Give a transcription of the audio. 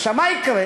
עכשיו מה יקרה?